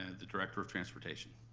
and the director of transportation